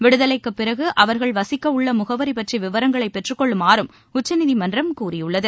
விடுதலைக்கு பிறகு அவர்கள் வசிக்கவுள்ள முகவரி பற்றி விவரங்களை பெற்றக்கொள்ளுமாறும் உச்சநீதிமன்றம் கூறியுள்ளது